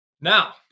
now